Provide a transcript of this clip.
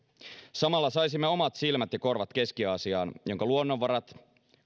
samalla saisimme omat silmät ja korvat keski aasiaan jonka luonnonvarat